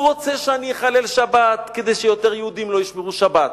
הוא רוצה שאני אחלל שבת כדי שיהודים יותר לא ישמרו שבת,